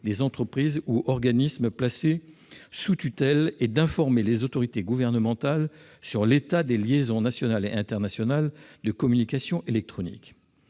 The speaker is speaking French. des entreprises ou des organismes placés sous tutelle et informer les autorités gouvernementales sur l'état des liaisons nationales et internationales de communications électroniques.